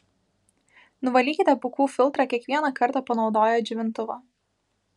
nuvalykite pūkų filtrą kiekvieną kartą panaudoję džiovintuvą